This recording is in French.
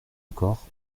encore